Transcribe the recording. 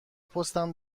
پستم